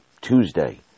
Tuesday